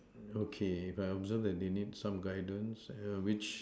okay if I observe that they need some guidance err which